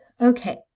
okay